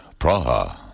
Praha